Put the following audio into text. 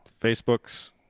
facebook's